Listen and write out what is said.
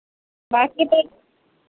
बाँकी पैसे